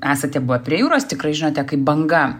esate buvę prie jūros tikrai žinote kaip banga